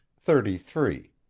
thirty-three